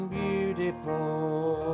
beautiful